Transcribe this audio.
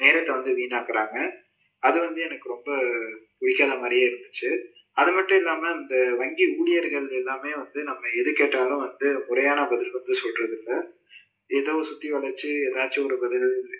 நேரத்தை வந்து வீணாக்கிறாங்க அதை வந்து எனக்கு ரொம்ப பிடிக்காத மாதிரியே இருந்துச்சு அது மட்டும் இல்லாமல் இந்த வங்கி ஊழியர்கள் எல்லாமே வந்து நம்ம எது கேட்டாலும் வந்து முறையான பதில் வந்து சொல்கிறதில்ல ஏதோ சுற்றி வளைச்சி ஏதாச்சும் ஒரு பதில்